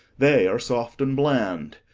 they are soft and bland.